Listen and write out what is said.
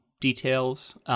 details